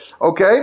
Okay